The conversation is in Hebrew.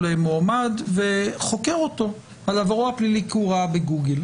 מועמד וחוקר אותו על עברו הפלילי כי הוא ראה בגוגל.